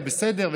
והכול היה בסדר,